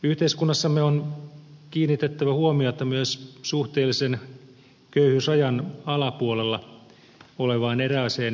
yhteiskunnassamme on kiinnitettävä huomiota myös suhteellisen köyhyysrajan alapuolella olevaan erääseen ryhmään